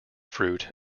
fruit